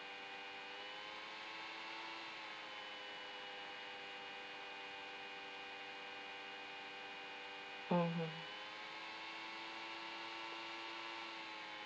mmhmm